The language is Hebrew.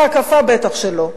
בהקפה בטח שלא.